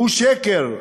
הוא שקר.